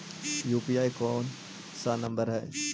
UPI कोन सा number हैं?